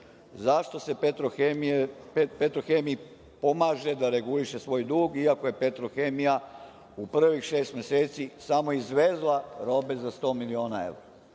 zašto se „Petrohemiji“ pomaže da reguliše svoj dug i ako je „Petrohemija“ u prvih šest meseci samo izvezla robe za 100 miliona evra.